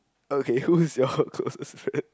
okay who's ppl your ppl closest ppl friend